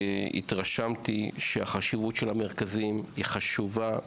התרשמתי שיש חשיבות גדולה מאוד מאוד למרכזים האלה.